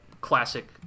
classic